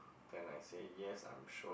then I say yes I'm sure